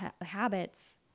habits